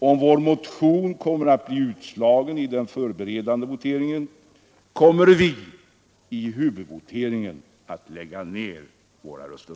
Om vår motion blir utslagen i den förberedande voteringen kommer vi i huvudvoteringen att lägga ned våra röster.